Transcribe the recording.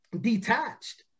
detached